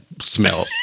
smell